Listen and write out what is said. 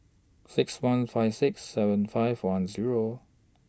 six one five six seven five one Zero